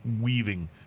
weaving